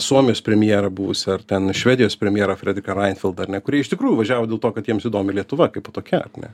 suomijos premjerą buvusį ar ten švedijos premjerą fredį karainfild ar ne kurie iš tikrųjų važiavo dėl to kad jiems įdomi lietuva kaipo tokia ane